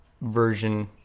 version